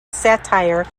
satire